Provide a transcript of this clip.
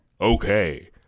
okay